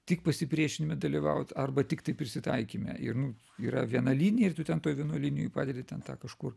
tik pasipriešinime dalyvaut arba tiktai prisitaikyme ir nu yra viena linija ir tu ten toj vienoj linijoj patiri ten tą kažkur